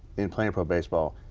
in playing pro baseball.